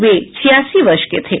वे छियासी वर्ष के थे